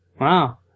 Wow